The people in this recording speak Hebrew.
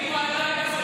איפה אתה?